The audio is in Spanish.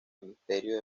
ministerio